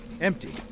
empty